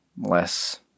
less